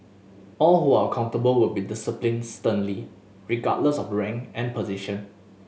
all who are accountable will be disciplined sternly regardless of rank and position